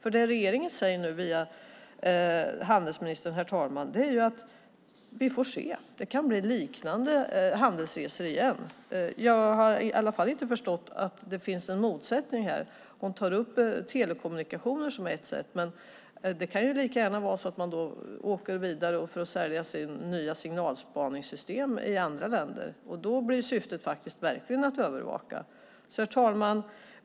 Vad regeringen säger nu via handelsministern, herr talman, är att vi får se, att det kan bli liknande handelsresor igen. Jag har i alla fall inte förstått att det finns någon motsättning här. Hon tar upp telekommunikationer som ett exempel, men det kan ju lika gärna vara så att man åker för att sälja nya signalspaningssystem i andra länder, och då blir syftet verkligen att övervaka. Herr talman!